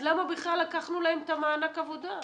אז למה בכלל לקחנו להם את מענק העבודה?